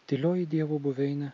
tylioji dievo buveine